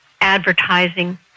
advertising